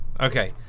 Okay